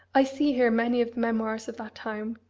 i see here many of the memoirs of that time.